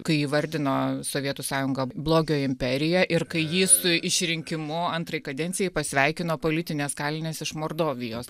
kai įvardino sovietų sąjungą blogio imperija ir kai jį su išrinkimu antrai kadencijai pasveikino politinės kalinės iš mordovijos